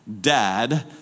dad